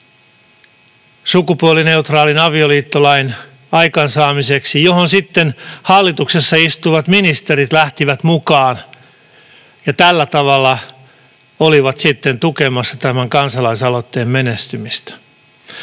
sukupuolineutraalin avioliittolain aikaansaamiseksi, johon sitten hallituksessa istuvat ministerit lähtivät mukaan ja tällä tavalla olivat tukemassa tämän kansalaisaloitteen menestymistä.